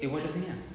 eh watch kat sini ah